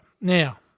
Now